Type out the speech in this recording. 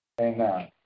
amen